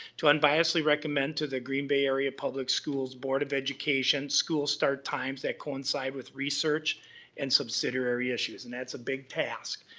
to unbiasedly recommend to the green bay area public schools board of education school start times that coincide with research and subsidiary issues and that's a big task.